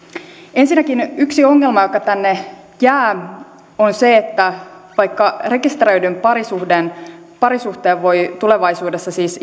ensinnäkin yksi ongelma joka tänne jää on se että vaikka rekisteröidyn parisuhteen parisuhteen voi tulevaisuudessa siis